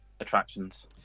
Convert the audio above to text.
Attractions